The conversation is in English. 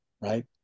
right